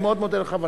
אני מאוד מודה לך.